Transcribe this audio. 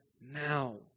now